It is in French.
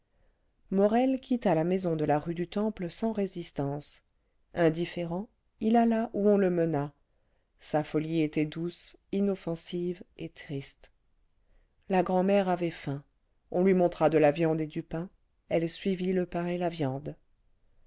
morel quitta la maison de la rue du temple sans résistance indifférent il alla où on le mena sa folie était douce inoffensive et triste la grand'mère avait faim on lui montra de la viande et du pain elle suivit le pain et la viande